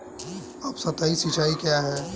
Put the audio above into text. उपसतही सिंचाई क्या है?